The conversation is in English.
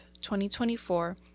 2024